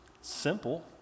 simple